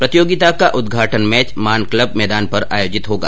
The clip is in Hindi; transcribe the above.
प्रतियोगिता का उद्घाटन मैच मान क्लब मैदान पर आयोजित होगा